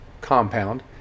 compound